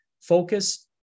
focus